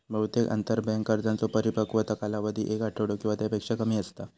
बहुतेक आंतरबँक कर्जांचो परिपक्वता कालावधी एक आठवडो किंवा त्यापेक्षा कमी असता